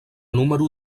número